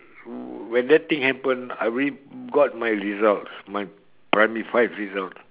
when that thing happen I already got my results my primary five results